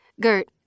Gert